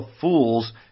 fools